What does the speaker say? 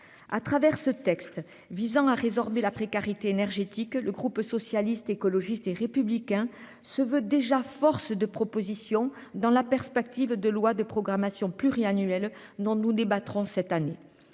À travers ce texte visant à résorber la précarité énergétique que le groupe socialiste, écologiste et républicain se veut déjà force de propositions dans la perspective de loi de programmation pluriannuelle dont nous débattrons cette année